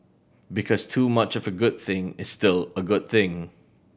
because too much of a good thing is still a good thing